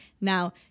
Now